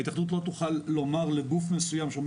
ההתאחדות לא תוכל לומר לגוף מסוים שעומד